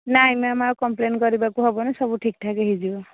ନାହିଁ ମ୍ୟାମ୍ ଆଉ କମ୍ପ୍ଲେନ୍ କରିବାକୁ ହେବନି ସବୁ ଠିକଠାକ ହୋଇଯିବ